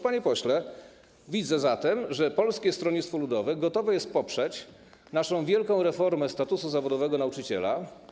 Panie pośle, widzę zatem, że Polskie Stronnictwo Ludowe gotowe jest poprzeć naszą wielką reformę statusu zawodowego nauczyciela.